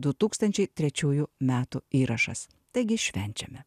du tūkstančiai trečiųjų metų įrašas taigi švenčiame